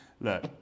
look